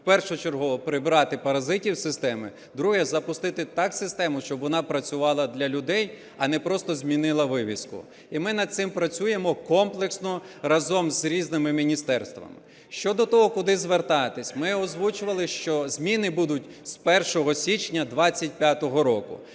в першу чергу прибрати паразитів з системи, друге – запустити так систему, щоб вона працювала для людей, а не просто змінила вивіску. І ми над цим працюємо комплексно разом з різними міністерствами. Щодо того, куди звертатись. Ми озвучували, що зміни будуть з 1 січня 2025 року.